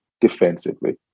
defensively